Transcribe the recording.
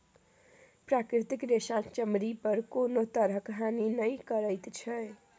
प्राकृतिक रेशा चमड़ी पर कोनो तरहक हानि नहि करैत छै